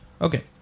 Okay